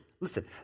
Listen